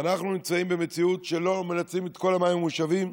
ואנחנו נמצאים במציאות שלא מנצלים את כל המים המושבים,